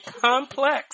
complex